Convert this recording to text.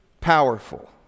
powerful